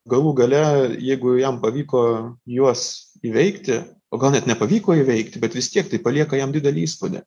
galų gale jeigu jam pavyko juos įveikti o gal net nepavyko įveikti bet vis tiek tai palieka jam didelį įspūdį